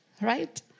Right